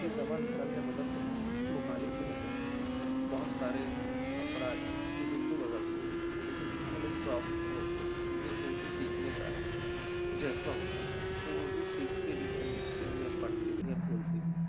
یہ زبان دھرم یا مذہب سے مخالف نہیں کرتی بہت سارے افراد جو ہندو مذہب سے ہیں لیکن اہل ذوق ہوتے ہیں جن میں اردو سیکھنے کا جذبہ ہوتا ہے وہ اردو سیکھتے بھی ہیں لکھتے بھی ہیں پڑھتے بھی ہیں بولتے بھی ہیں